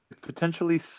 potentially